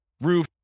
roof